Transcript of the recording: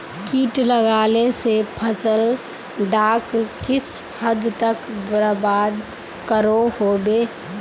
किट लगाले से फसल डाक किस हद तक बर्बाद करो होबे?